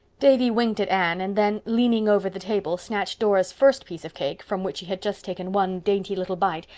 davy winked at anne, and then, leaning over the table, snatched dora's first piece of cake, from which she had just taken one dainty little bite,